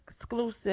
Exclusive